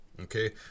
okay